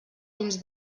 dins